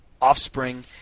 offspring